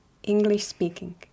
English-speaking